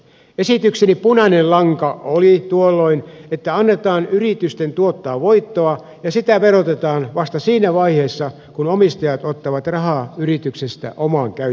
esitykseni punainen lanka oli tuolloin että annetaan yritysten tuottaa voittoa ja sitä verotetaan vasta siinä vaiheessa kun omistajat ottavat rahaa yrityksestä omaan käyttöönsä